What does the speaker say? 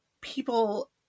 people